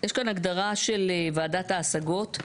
יש כאן הגדרה של וועדת ההשגות.